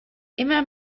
immer